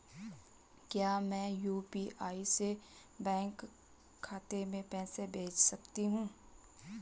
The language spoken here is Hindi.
क्या मैं यु.पी.आई से बैंक खाते में पैसे भेज सकता हूँ?